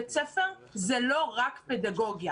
בית ספר זה לא רק פדגוגיה.